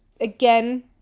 again